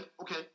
okay